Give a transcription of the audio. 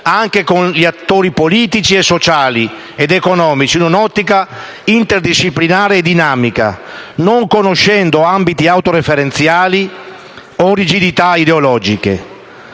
anche con gli attori politici, sociali ed economici, in un'ottica interdisciplinare e dinamica, non conoscendo ambiti autoreferenziali o rigidità ideologiche.